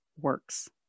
Works